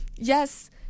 Yes